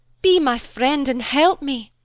be my friend, and help me!